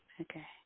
Okay